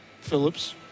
Phillips